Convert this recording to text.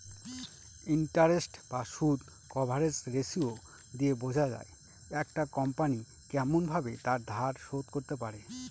interest বা সুদ coverage ratio দিয়ে বোঝা যায় একটা কোম্পনি কেমন ভাবে তার ধার শোধ করতে পারে